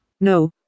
No